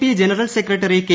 P general secretary K